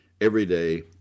everyday